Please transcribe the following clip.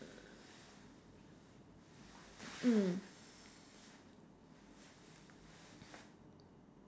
mm